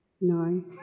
No